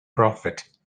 prophet